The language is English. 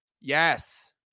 Yes